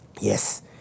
Yes